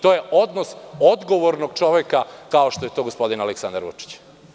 To je odnos odgovornog čoveka kao što je to gospodin Aleksandar Vučić.